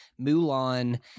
mulan